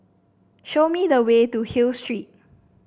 show me the way to Hill Street